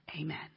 Amen